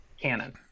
canon